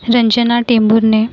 Ranjana Tembhurne